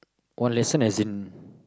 one lesson as in